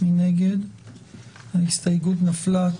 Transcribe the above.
ההסתייגות נפלה.